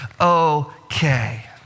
okay